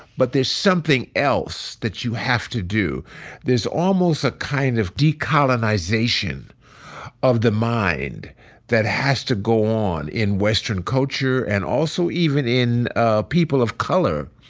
but there's something else that you have to do there's almost a kind of decolonization of the mind that has to go on in western culture, and also even in ah people of color,